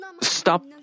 stop